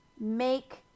make